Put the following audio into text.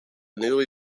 newly